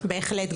בהחלט.